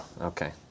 Okay